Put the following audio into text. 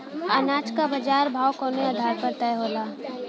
अनाज क बाजार भाव कवने आधार पर तय होला?